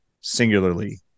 singularly